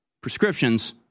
prescriptions